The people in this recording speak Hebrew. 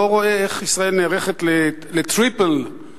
אני לא רואה איך ישראל נערכת ל- triple כזה.